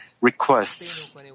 requests